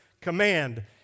command